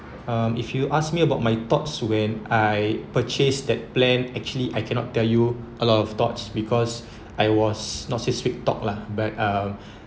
um if you ask me about my thoughts when I purchased that plan actually I cannot tell you a lot of thoughts because I was not say sweet talk lah but um